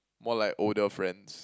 more like older friends